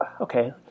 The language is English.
Okay